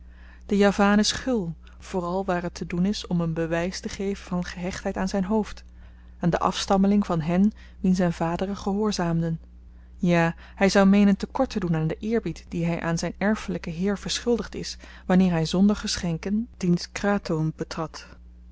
de javaan is gul vooral waar het te doen is om een bewys te geven van gehechtheid aan zyn hoofd aan den afstammeling van hen wien zyn vaderen gehoorzaamden ja hy zou meenen te kort te doen aan den eerbied dien hy aan zyn erfelyken heer verschuldigd is wanneer hy zonder geschenken diens kratoon betrad